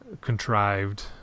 contrived